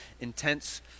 intense